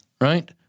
right